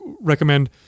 recommend